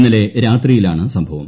ഇന്നലെ രാത്രിയിലാണ് സംഭവം